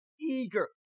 Eager